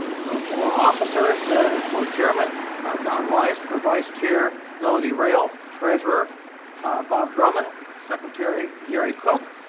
so for officers ah for chairman don weiss, for vice chair melody rayl, treasurer bob drummond, secretary jerry cook.